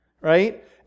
right